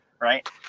right